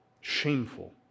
Shameful